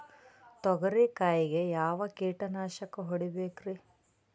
ತೊಗರಿ ಕಾಯಿಗೆ ಯಾವ ಕೀಟನಾಶಕ ಹೊಡಿಬೇಕರಿ?